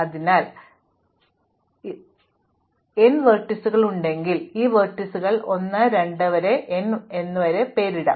അതിനാൽ ജീവിതം ലളിതമാക്കാൻ n വെർട്ടീസുകൾ ഉണ്ടെങ്കിൽ നമുക്ക് ഈ ലംബങ്ങൾക്ക് 1 2 വരെ n എന്ന് പേരിടാം